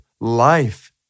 life